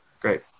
great